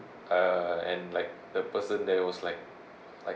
and like the person there was like